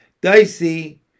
Dicey